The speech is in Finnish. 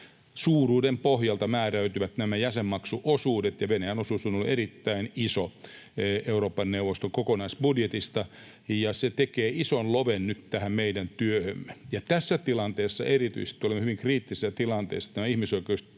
suuruuden pohjalta määräytyvät nämä jäsenmaksuosuudet. Venäjän osuus on ollut erittäin iso Euroopan neuvoston kokonaisbudjetista, ja se tekee ison loven nyt tähän meidän työhömme. Tässä tilanteessa erityisesti — olemme hyvin kriittisessä tilanteessa, tämä ihmisoikeusjärjestö,